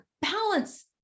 balance